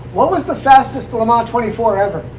what was the fastest le mans twenty four ever?